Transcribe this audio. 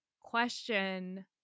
question